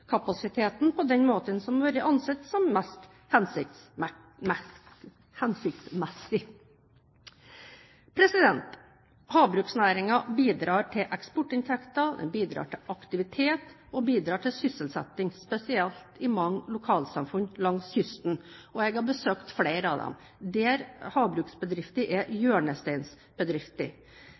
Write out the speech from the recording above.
på den måten som har vært ansett mest hensiktsmessig. Havbruksnæringen bidrar til eksportinntekter, den bidrar til aktivitet, og den bidrar til sysselsetting, spesielt i mange lokalsamfunn langs kysten. Jeg har besøkt flere av disse, der havbruksbedrifter er hjørnesteinsbedrifter.